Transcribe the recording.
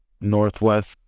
northwest